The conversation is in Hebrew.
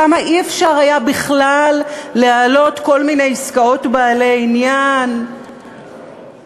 כמה אי-אפשר היה בכלל להעלות כל מיני עסקאות בעלי עניין וכל